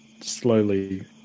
slowly